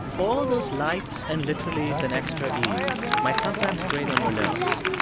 all of those likes and literallies and extra e's might sometimes grate on your nerves,